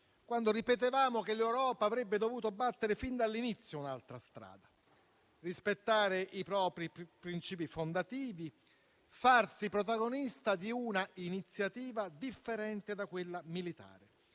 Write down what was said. quando ripetevamo che l'Europa avrebbe dovuto battere fin dall'inizio un'altra strada, rispettare i propri principi fondativi e farsi protagonista di un'iniziativa differente da quella militare.